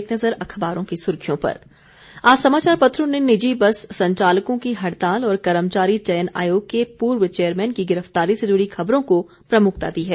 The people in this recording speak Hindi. एक नज़र अखबारों की सुर्खियों पर आज समाचार पत्रों ने निजी बस संचालकों की हड़ताल और कर्मचारी चयन आयोग के पूर्व चेयरमैन की गिरफ्तारी से जुड़ी खबरों को प्रमुखता दी है